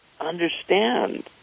understand